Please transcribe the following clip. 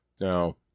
Now